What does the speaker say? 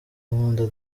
nkunda